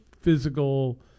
physical